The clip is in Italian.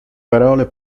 parole